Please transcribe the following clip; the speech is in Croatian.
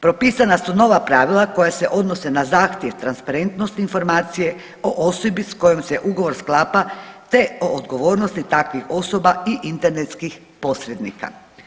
Propisana su nova pravila koja se odnose na zahtjev transparentnosti informacije o osobi s kojom se ugovor sklapa, te o odgovornosti takvih osoba i internetskih posrednika.